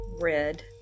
red